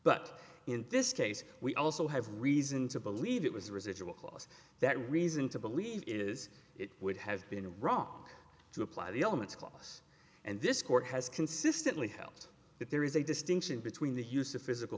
but in this case we also have reason to believe it was a residual clause that reason to believe it is it would have been wrong to apply the elements cos and this court has consistently held that there is a distinction between the use of physical